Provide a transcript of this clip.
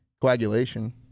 coagulation